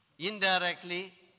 indirectly